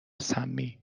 سمی